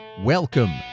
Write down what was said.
Welcome